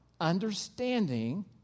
understanding